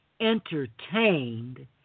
entertained